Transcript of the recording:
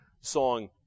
song